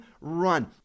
run